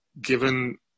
given